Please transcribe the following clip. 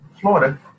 Florida